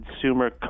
consumer